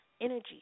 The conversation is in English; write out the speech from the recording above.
energy